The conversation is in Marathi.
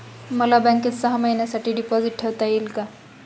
मला बँकेत सहा महिन्यांसाठी डिपॉझिट ठेवता येईल का?